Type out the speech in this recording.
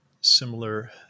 similar